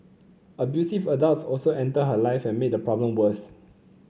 abusive adults also entered her life and made the problem worse